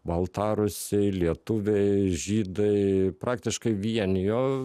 baltarusiai lietuviai žydai praktiškai vienijo